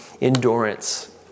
endurance